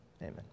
Amen